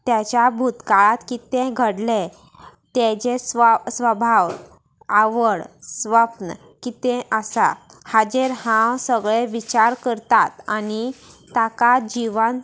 ताच्या भूतकाळांत कितें घडलें ताचें स्व स्वभाव आवड स्वप्न कितें आसा हाचेर हांव सगळे विचार करतात आनी ताका जिवंत